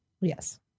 yes